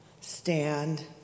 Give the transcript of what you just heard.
stand